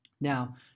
now